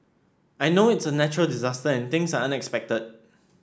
I know it's a natural disaster and things are unexpected